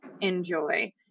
enjoy